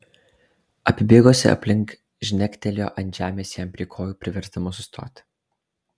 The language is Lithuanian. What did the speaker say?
apibėgusi aplink žnektelėjo ant žemės jam prie kojų priversdama sustoti